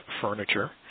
furniture